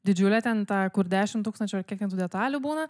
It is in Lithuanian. didžiulę ten tą kur dešim tūkstančių ar kiek ten tų detalių būna